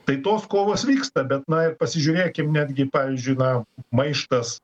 tai tos kovos vyksta bet na ir pasižiūrėkim netgi pavyzdžiui na maištas